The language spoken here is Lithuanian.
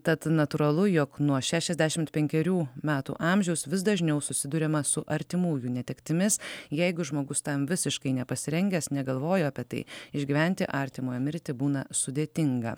tad natūralu jog nuo šešiasdešimt penkerių metų amžiaus vis dažniau susiduriama su artimųjų netektimis jeigu žmogus tam visiškai nepasirengęs negalvojo apie tai išgyventi artimojo mirtį būna sudėtinga